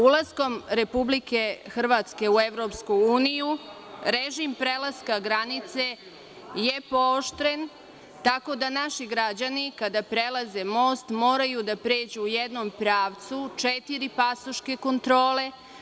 Ulaskom Republike Hrvatske u EU, režim prelaska granice je pooštren, tako da naši građani kada prelaze most moraju da pređu u jednom pravcu četiri pasoške kontrole.